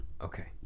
Okay